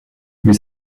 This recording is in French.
mais